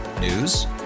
News